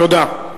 תודה.